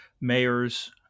mayors